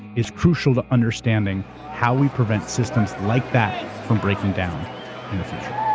is crucial to understanding how we prevent systems like that from breaking down in the future.